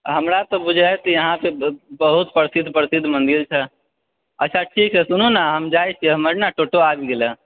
हमरा तऽ बुझाइ छै यहाँ पर बहुत प्रसिद्ध प्रसिद्ध मन्दिर छै अच्छा ठीक छै सुनु ने हम जाइ छी हमर ने टुकटुक आबि गेलै